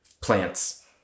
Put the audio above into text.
plants